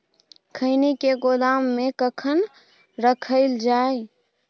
खैनी के गोदाम में कखन रखल जाय?